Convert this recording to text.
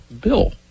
Bill